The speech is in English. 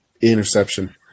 interception